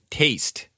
taste